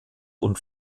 und